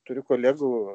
turiu kolegų